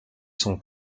son